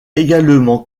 également